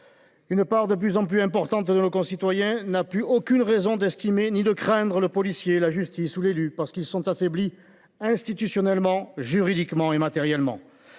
Une part de plus en plus importante de nos concitoyens n’a plus aucune raison d’estimer ni de craindre le policier, la justice ou l’élu, parce qu’ils sont affaiblis institutionnellement, juridiquement et matériellement.